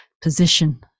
position